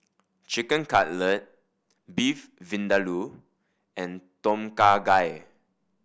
Chicken Cutlet Beef Vindaloo and Tom Kha Gai